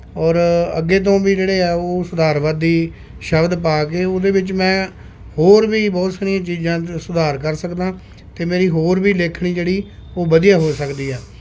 ਔਰ ਅੱਗੇ ਤੋਂ ਵੀ ਜਿਹੜੇ ਹੈ ਉਹ ਸੁਧਾਰਵਾਦੀ ਸ਼ਬਦ ਪਾ ਕੇ ਉਹਦੇ ਵਿੱਚ ਮੈਂ ਹੋਰ ਵੀ ਬਹੁਤ ਸਾਰੀਆਂ ਚੀਜ਼ਾਂ 'ਚ ਸੁਧਾਰ ਕਰ ਸਕਦਾਂ ਅਤੇ ਮੇਰੀ ਹੋਰ ਵੀ ਲੇਖਣੀ ਜਿਹੜੀ ਉਹ ਵਧੀਆ ਹੋ ਸਕਦੀ ਆ